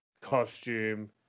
costume